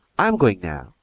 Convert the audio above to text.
i'm going now,